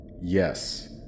Yes